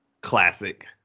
Classic